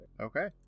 Okay